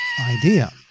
idea